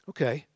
Okay